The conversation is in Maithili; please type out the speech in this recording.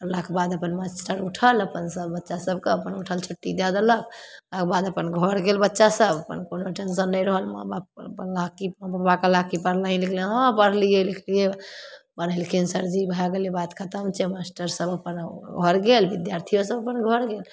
अएलाके बाद अपन मास्टर उठल अपन सभ बच्चासभकेँ अपन उठल छुट्टी दै देलक एकर बाद अपन घर गेल बच्चासभ तब अपन कोनो टेन्शन नहि रहल माँ बाप कि बबा कहलक पढ़लही लिखलही हँ पढ़लिए लिखलिए पढ़ेलखिन सरजी भै गेलै बात खतम छै मास्टरसभ अपन घर गेल विद्यार्थिओसभ अपन घर गेल